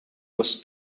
was